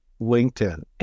LinkedIn